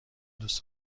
دوست